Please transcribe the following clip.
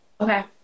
Okay